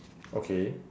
okay